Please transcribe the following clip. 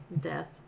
death